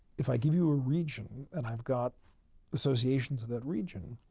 if i give you a region and i got association to that region,